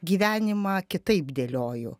gyvenimą kitaip dėlioju